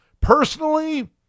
Personally